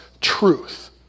truth